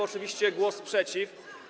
Oczywiście głos przeciw.